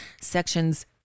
Sections